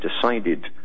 decided